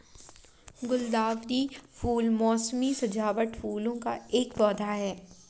गुलदावरी फूल मोसमी सजावटी फूलों का एक पौधा है